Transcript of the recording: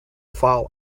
fall